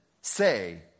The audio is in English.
say